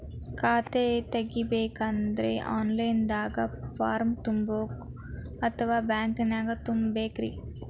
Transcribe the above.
ಖಾತಾ ತೆಗಿಬೇಕಂದ್ರ online ದಾಗ ಫಾರಂ ತುಂಬೇಕೊ ಅಥವಾ ಬ್ಯಾಂಕನ್ಯಾಗ ತುಂಬ ಬೇಕ್ರಿ?